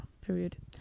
period